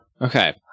Okay